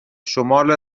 شمال